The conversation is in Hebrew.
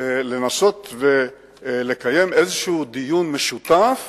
לנסות ולקיים איזה דיון משותף